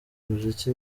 umuziki